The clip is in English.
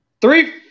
Three